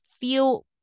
feel